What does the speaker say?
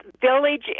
village